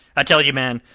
i tell you, man,